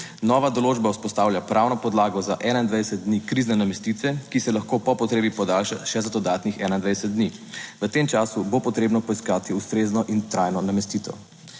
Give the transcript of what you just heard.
Nova določba vzpostavlja pravno podlago za 21 dni krizne namestitve, ki se lahko po potrebi podaljša še za dodatnih 21 dni. V tem času bo potrebno poiskati ustrezno in trajno namestitev.